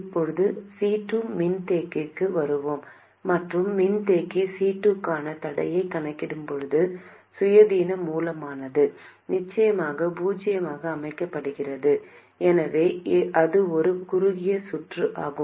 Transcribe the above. இப்போது C2 மின்தேக்கிக்கு வருவோம் மற்றும் மின்தேக்கி C2 க்கான தடையை கணக்கிடும் போது சுயாதீன மூலமானது நிச்சயமாக பூஜ்ஜியமாக அமைக்கப்படுகிறது எனவே அது ஒரு குறுகிய சுற்று ஆகும்